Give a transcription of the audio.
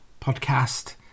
podcast